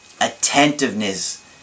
Attentiveness